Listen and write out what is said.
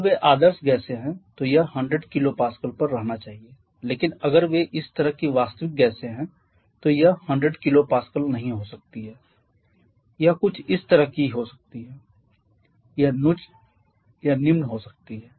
यदि वे आदर्श गैसें हैं तो यह 100 kPa पर रहना चाहिए लेकिन अगर वे इस तरह की वास्तविक गैसें हैं तो यह 100 kPa नहीं हो सकती है यह कुछ इस तरह की हो सकती है यह उच्च या निम्न हो सकती है